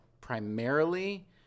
primarily